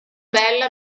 bella